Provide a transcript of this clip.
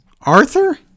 Arthur